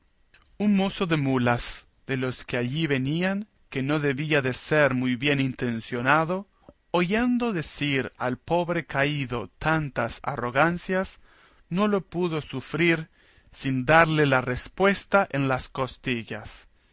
un mozo de mulas de los que allí venían que no debía de ser muy bien intencionado oyendo decir al pobre caído tantas arrogancias no lo pudo sufrir sin darle la respuesta en las costillas